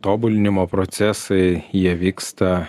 tobulinimo procesai jie vyksta